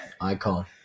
Icon